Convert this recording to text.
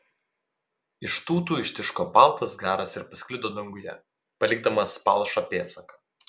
iš tūtų ištiško baltas garas ir pasklido danguje palikdamas palšą pėdsaką